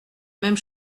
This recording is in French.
même